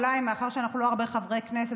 אולי מאחר שאנחנו לא הרבה חברי כנסת,